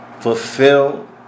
fulfill